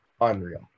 unreal